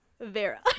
Vera